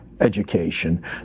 Education